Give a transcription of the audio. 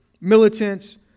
militants